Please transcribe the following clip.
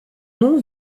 nom